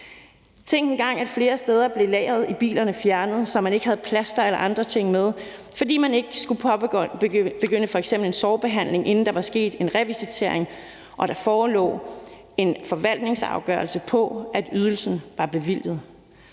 Tænk engang, at flere steder blev lageret i bilerne fjernet, så man ikke havde plaster eller andre ting med, fordi man f.eks. ikke skulle påbegynde en sorgbehandling, inden der var sket en revisitering og der forelå en forvaltningsafgørelse på, at ydelsen var bevilget.